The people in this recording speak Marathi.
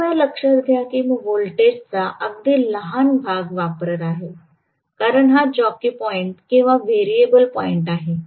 कृपया लक्षात घ्या मी व्होल्टेजचा अगदी लहान भाग वापरत आहे कारण हा जॉकी पॉईंट किंवा व्हेरिएबल पॉईंट आहे